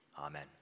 Amen